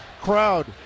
Crowd